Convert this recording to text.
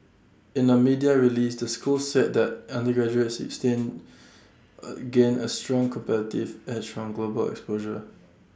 in A media release the school said that undergraduates stand A gain A strong competitive edge from global exposure